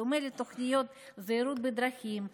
בדומה לתוכניות זהירות בדרכים,